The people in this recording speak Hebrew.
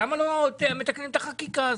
למה לא מתקנים את החקיקה הזאת?